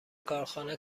کارخانه